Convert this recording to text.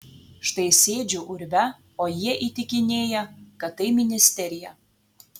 štai sėdžiu urve o jie įtikinėja kad tai ministerija